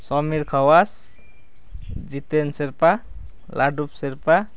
Samir Khawas Jiten Sherpa Ladup Sherpa